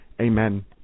amen